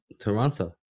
Toronto